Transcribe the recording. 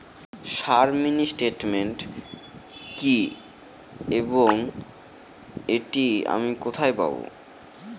Sir mini statement কি এবং এটি আমি কোথায় পাবো?